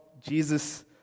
Jesus